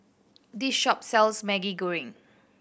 this shop sells Maggi Goreng